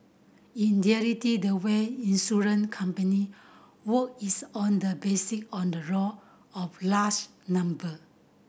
in the way insurance company work is on the basis on the raw of large number